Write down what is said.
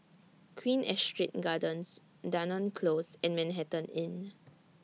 Queen Astrid Gardens Dunearn Close and Manhattan Inn